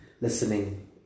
listening